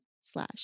slash